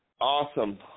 Awesome